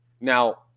Now